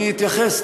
אני אתייחס,